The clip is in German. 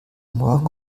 morgen